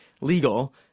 legal